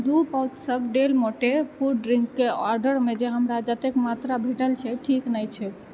दू पाउचसभ Del Monte fruit drink के ऑडरमे हमरा जतेक मात्रा भेटल छै ठीक नहि छै